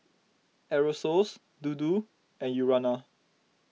Aerosoles Dodo and Urana